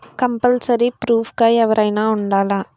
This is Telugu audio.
కంపల్సరీ ప్రూఫ్ గా ఎవరైనా ఉండాలా?